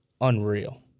unreal